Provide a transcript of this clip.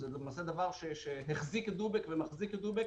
זה דבר שהחזיק ומחזיק את "דובק",